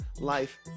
life